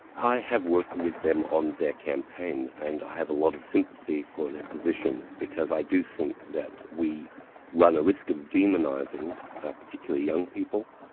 i have worked with them on their campaign, and i have a lot of sympathy for their position, because i do think that we run a risk of demonising particularly young people,